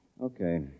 Okay